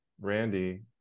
Randy